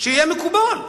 שיהיה מקובל.